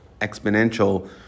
exponential